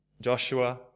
Joshua